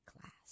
class